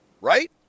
Right